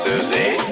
Susie